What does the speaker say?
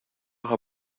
haga